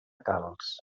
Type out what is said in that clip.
calç